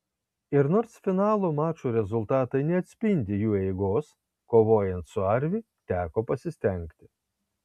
ir nors finalo mačų rezultatai neatspindi jų eigos kovojant su arvi teko pasistengti